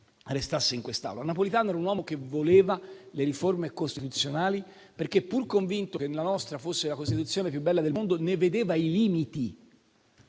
restasse in quest'Aula: Napolitano era un uomo che voleva le riforme costituzionali perché, pur convinto che la nostra fosse la Costituzione più bella del mondo, ne vedeva i limiti.